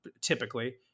typically